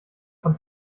von